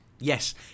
Yes